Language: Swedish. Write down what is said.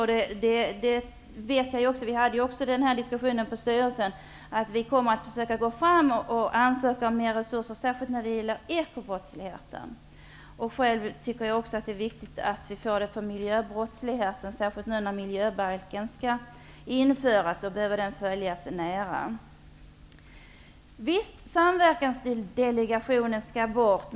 Vi hade också en diskussion i Brottförebyggande rådets styrelse om att vi kommer att försöka ansöka om större resurser särskilt när det gäller ekobrottsligheten. Det är också viktigt att vi får utökade resurser för bekämpning av miljöbrott, särskilt nu när miljöbalken skall införas. Den behöver följas nära. Samverkansdelegationen skall bort.